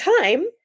time